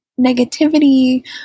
negativity